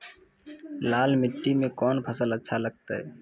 लाल मिट्टी मे कोंन फसल अच्छा लगते?